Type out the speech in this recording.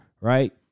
right